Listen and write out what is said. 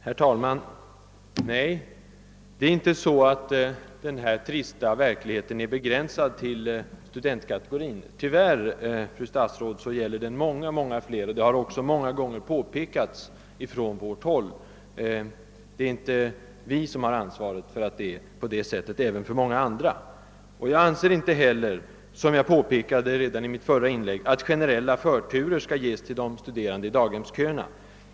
Herr talman! Nej, det är inte så att denna trista verklighet är begränsad till studentkategorin. Tyvärr gäller den, fru statsråd, många fler, vilket ofta påpekats från vårt håll. Det är inte vi som har ansvaret för att det är på detta sätt för många människor. Jag anser inte heller — som jag påpekade redan i mitt förra inlägg — att generella förturer skall ges till studerande i daghemsköerna.